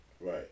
Right